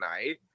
tonight